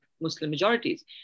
Muslim-majorities